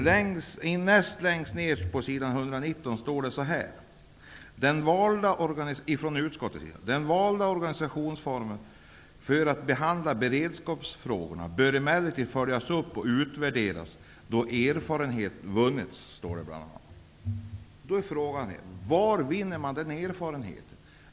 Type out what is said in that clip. Det står bl.a. så här: ''Den valda organisationsformen för att behandla beredskapsfrågorna bör emellertid följas upp och utvärderas då erfarenheter vunnits.'' Då är frågan var man vinner den erfarenheten.